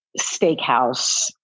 steakhouse